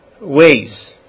ways